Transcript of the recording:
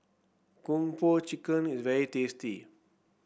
Kung Po Chicken is very tasty